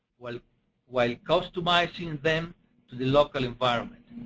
while while customizing and them to the local environment.